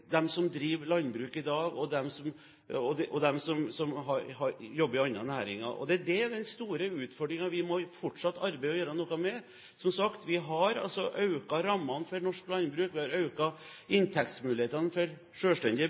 dem som driver landbruk i dag, og dem som jobber i andre næringer. Det er den store utfordringen som vi fortsatt må arbeide for å gjøre noe med. Som sagt har vi øket rammene for norsk landbruk, og vi har øket inntektsmulighetene for